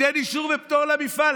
ייתן אישור ופטור למפעל.